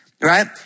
right